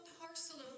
parcel